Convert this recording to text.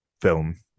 film